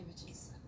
Images